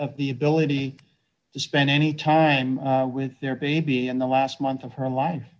the ability to spend any time with their baby in the last month of her life